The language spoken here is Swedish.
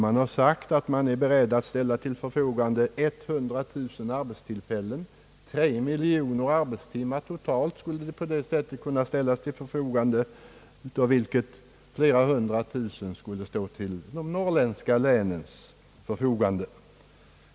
Man är beredd att ställa till förfogande 100 000 arbetstillfällen, totalt 3 miljoner arbetstimmar, av vilka flera hundratusen skulle stå till de norrländska länens förfogande.